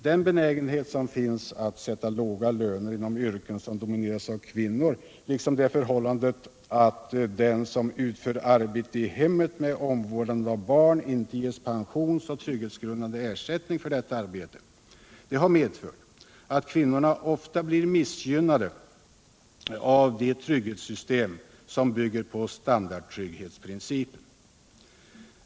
Den benägenhet som finns att sätta låga löner inom yrken som domineras av kvinnor, liksom det förhållandet att den som utför arbete i hemmet med vård av barn inte ges pensionsoch trygghetsgrundande ersättning för detta arbete, har medfört att kvinnorna ofta blir missgynnade av det trygghetssystem som bygger på standardtrygghetsprincipen.